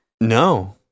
No